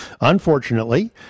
Unfortunately